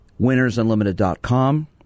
winnersunlimited.com